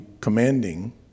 commanding